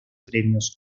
premios